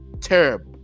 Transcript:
terrible